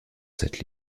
cette